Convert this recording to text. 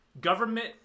government